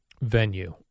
Venue